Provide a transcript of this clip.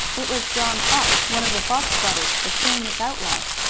it was john fox, one of the fox brothers, the famous outlaws.